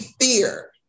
fear